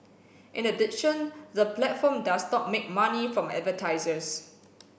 in addition the platform does not make money from advertisers